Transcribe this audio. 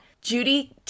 Judy